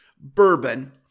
bourbon